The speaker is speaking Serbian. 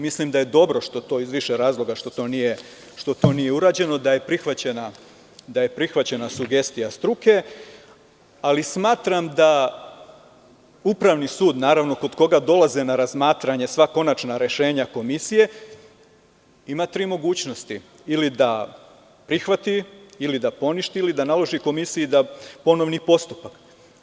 Mislim da je to dobro što je to iz više razloga, što to nije urađeno, da je prihvaćena sugestija struke, ali smatram da Upravni sud, naravno kod koga dolaze na razmatranje sva konačna rešenja komisije ima tri mogućnosti ili da prihvati, ili da poništi ili da naloži komisiji ponovi postupak.